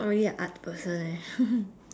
not really a art person eh